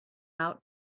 out